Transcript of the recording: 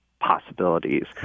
possibilities